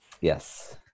Yes